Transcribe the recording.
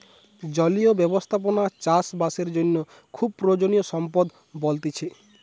জলীয় ব্যবস্থাপনা চাষ বাসের জন্য খুবই প্রয়োজনীয় সম্পদ বলতিছে